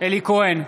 אלי כהן,